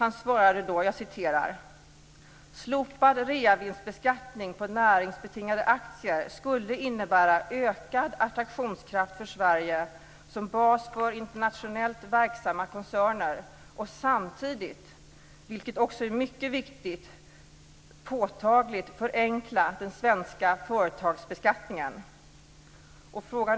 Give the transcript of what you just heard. Han svarade då: "Slopad reavinstbeskattning på näringsbetingade aktier skulle innebära ökad attraktionskraft för Sverige som bas för internationellt verksamma koncerner och samtidigt - vilket också är mycket viktigt - påtagligt förenkla den svenska företagsbeskattningen."